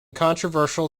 controversial